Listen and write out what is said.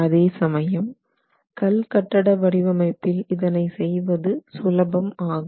அதே சமயம் கல் கட்டட வடிவமைப்பில் இதனை செய்வது சுலபம் ஆகும்